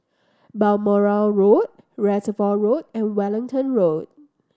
Balmoral Road Reservoir Road and Wellington Road